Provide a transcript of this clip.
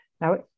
Now